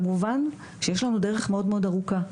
כמובן שיש לנו דרך מאוד מאוד ארוכה,